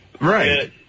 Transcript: Right